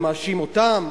ומאשים אותם,